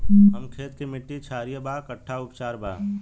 हमर खेत के मिट्टी क्षारीय बा कट्ठा उपचार बा?